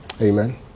Amen